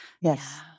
Yes